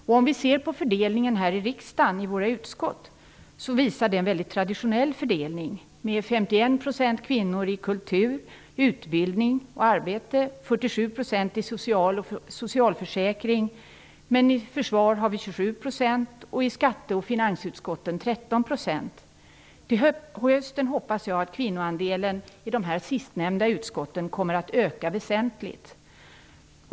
Om vi ser på fördelningen i våra utskott här i riksdagen visar det en mycket traditionell fördelning. Det är 51 % kvinnor i kultur-, utbildnings ocharbetsmarknadsutskotten, 47 % i social och socialförsäkringsutskotten, men i försvarsutskottet har vi 27 % och i skatte och finansutskotten 13 %. Till hösten hoppas jag att kvinnoandelen i de sistnämnda utskotten kommer att öka väsentligt.